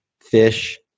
fish